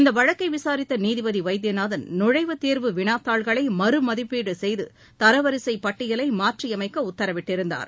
இந்த வழக்கை விசாரித்த நீதிபதி வைத்தியநாதன் நுழைவுத்தேர்வு வினாத்தாள்களை மறுமதிப்பீடு செய்து தரவரிசை பட்டியலை மாற்றியமைக்க உத்தரவிட்டிருந்தார்